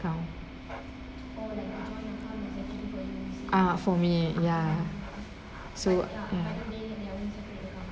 account ah for me ya so ya